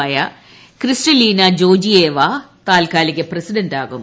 ആയ Kristalina Georgieva താൽക്കാലിക പ്രസിഡന്റാവും